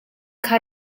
kha